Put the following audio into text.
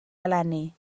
eleni